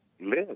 live